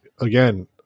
again